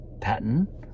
pattern